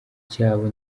cyabo